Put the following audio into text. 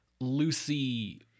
Lucy